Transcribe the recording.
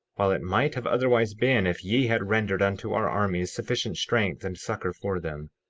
while it might have otherwise been if ye had rendered unto our armies sufficient strength and succor for them.